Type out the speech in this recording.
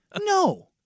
No